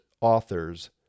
authors